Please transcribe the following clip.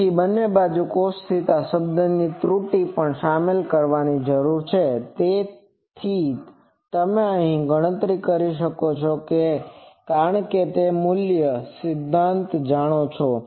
તેથી બંને બાજુથી cosθ શબ્દની ત્રુટિને પણ શામેલ કરવાની જરૂર છે તેથી તમે હંમેશાં ગણતરી કરી શકો છો કારણ કે તમે મૂળ સિદ્ધાંતો જાણો છો